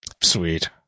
Sweet